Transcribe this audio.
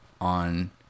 on